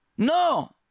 No